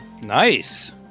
Nice